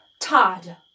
Todd